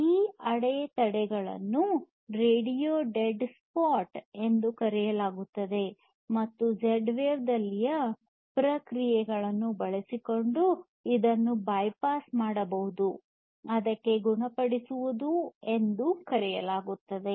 ಈ ಅಡೆತಡೆಗಳನ್ನು radio dead spots ಎಂದು ಕರೆಯಲಾಗುತ್ತದೆ ಮತ್ತು ಝೆಡ್ ವೇವ್ ದಲ್ಲಿನ ಪ್ರಕ್ರಿಯೆಯನ್ನು ಬಳಸಿಕೊಂಡು ಇದನ್ನು ಬೈಪಾಸ್ ಮಾಡಬಹುದು ಅದಕ್ಕೆ ಗುಣಪಡಿಸುವುದು ಎಂದು ಕರೆಯಲಾಗುತ್ತದೆ